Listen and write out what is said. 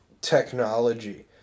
technology